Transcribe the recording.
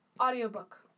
Audiobook